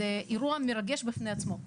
זה אירוע מרגש בפני עצמו.